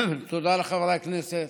תודה לחברי הכנסת.